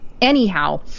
anyhow